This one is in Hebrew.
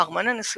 הארמון הנשיאותי,